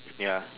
ya